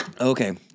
Okay